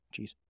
jeez